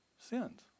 sins